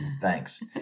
thanks